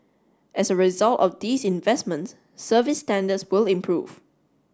as a result of these investments service standards will improve